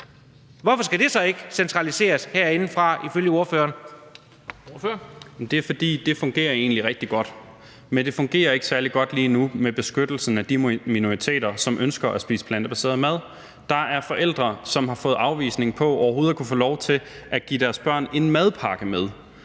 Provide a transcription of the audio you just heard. Carl Valentin (SF): Det er, fordi det egentlig fungerer rigtig godt. Men det fungerer ikke særlig godt lige nu med beskyttelsen af de minoriteter, som ønsker at spise plantebaseret mad. Der er forældre, som har fået afvisning på overhovedet at kunne få lov til at give deres børn en madpakke med.